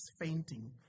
fainting